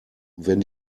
wenn